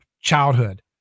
childhood